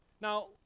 Now